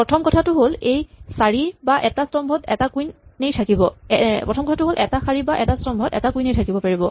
প্ৰথম কথাটো হ'ল এটা শাৰী বা এটা স্তম্ভত এটা কুইন এই থাকিব পাৰিব